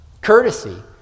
Courtesy